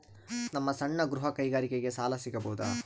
ನಮ್ಮ ಸಣ್ಣ ಗೃಹ ಕೈಗಾರಿಕೆಗೆ ಸಾಲ ಸಿಗಬಹುದಾ?